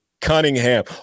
Cunningham